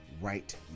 right